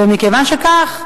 ומכיוון שכך,